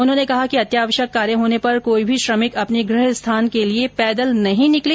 उन्होंने कहा कि अत्यावश्यक कार्य होने पर कोई श्री श्रमिक अपने गृह स्थान के लिए पैदल नहीं निकले